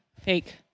fake